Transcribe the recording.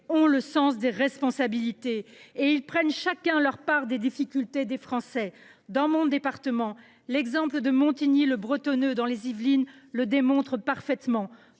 ont le sens des responsabilités ; ils prennent chacun leur part des difficultés des Français. Dans mon département des Yvelines, l’exemple de Montigny le Bretonneux le démontre parfaitement